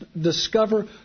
discover